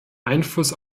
einfluss